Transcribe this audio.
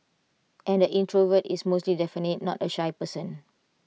and the introvert is most definitely not A shy person